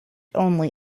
only